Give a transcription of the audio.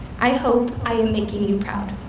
i hope i am making you proud.